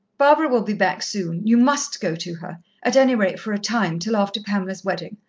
barbara will be back soon you must go to her at any rate for a time till after pamela's wedding.